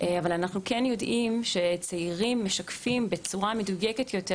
אבל אנחנו כן יודעים שצעירים משקפים בצורה מדויקת יותר,